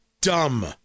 dumb